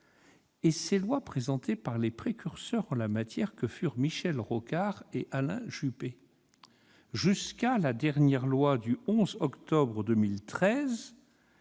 et les lois présentées par les précurseurs en la matière que furent Michel Rocard et Alain Juppé, jusqu'à la dernière loi du 11 octobre 2013,